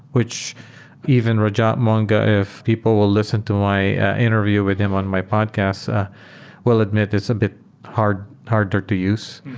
which even rajat monga, if people will listen to my interview with him on my podcast ah will admit it's a bit harder harder to use.